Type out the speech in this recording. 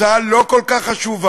הצעה לא כל כך חשובה,